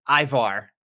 Ivar